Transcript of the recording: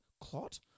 clot